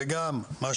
כפי